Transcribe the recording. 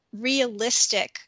realistic